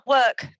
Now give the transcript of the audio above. work